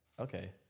Okay